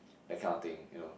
that kind of thing you know